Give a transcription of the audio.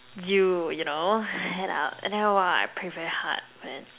you you know then I !wah! I pray very hard man